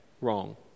wrong